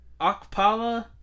Akpala